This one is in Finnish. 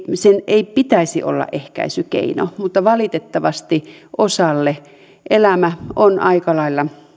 sen ei todellakaan pitäisi olla ehkäisykeino mutta valitettavasti osalle elämä on aika lailla